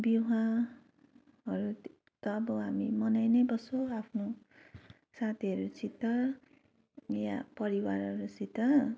विवाहहरू त अब मनाइ नै बस्छु आफ्नो साथीहरूसित अनि या परिवारहरूसित